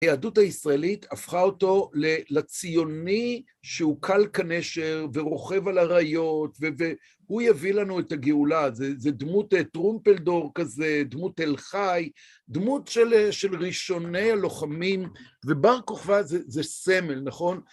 היהדות הישראלית הפכה אותו לציוני שהוא קל כנשר, ורוכב על אריות, והוא יביא לנו את הגאולה. זה דמות טרומפלדור כזה, דמות אל חי, דמות של ראשוני הלוחמים, ובר כוכבא זה סמל, נכון?